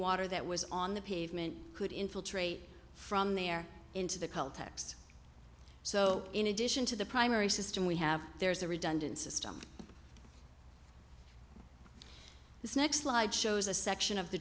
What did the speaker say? water that was on the pavement could infiltrate from there into the caltex so in addition to the primary system we have there's a redundant system this next slide shows a section of the